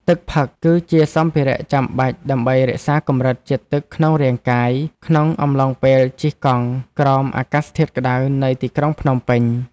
ទឹកផឹកគឺ ជាសម្ភារៈចាំបាច់ដើម្បីរក្សាកម្រិតជាតិទឹកក្នុងរាងកាយ ក្នុងអំឡុងពេលជិះកង់ក្រោមអាកាសធាតុក្ដៅនៃទីក្រុងភ្នំពេញ។